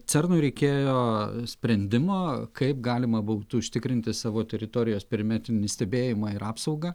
cernui reikėjo sprendimo kaip galima būtų užtikrinti savo teritorijos perimetrinį stebėjimą ir apsaugą